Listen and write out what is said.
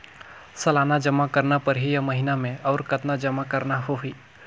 सालाना जमा करना परही या महीना मे और कतना जमा करना होहि?